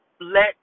let